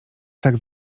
tak